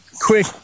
quick